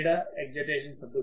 excitation సర్దుబాటు